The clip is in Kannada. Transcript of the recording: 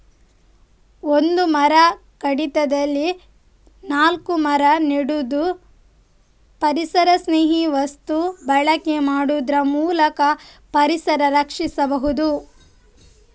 ಒಂದು ಮರ ಕಡಿದಲ್ಲಿ ನಾಲ್ಕು ಮರ ನೆಡುದು, ಪರಿಸರಸ್ನೇಹಿ ವಸ್ತು ಬಳಕೆ ಮಾಡುದ್ರ ಮೂಲಕ ಪರಿಸರ ರಕ್ಷಿಸಬಹುದು